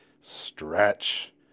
stretch